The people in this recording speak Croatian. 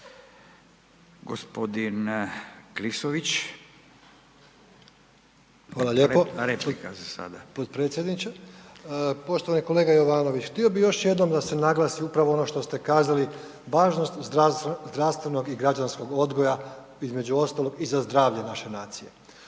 Joško (SDP)** Hvala lijepo potpredsjedniče. Poštovani kolega Jovanović. Htio bih još jednom da se naglasi upravo ono što ste kazali važnost zdravstvenog i građanskog odgoja između ostalog i za zdravlje naše nacije.